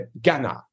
Ghana